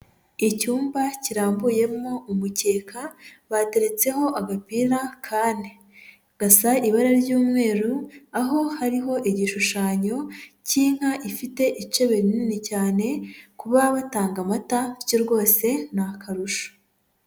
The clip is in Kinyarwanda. Icyumba kirambuyemo umukeka bateretseho agapira kane, gasa ibara ry'umweru aho hariho igishushanyo cy'inka ifite icebe rinini cyane, kuba batanga amata cyo rwose ni akarusho.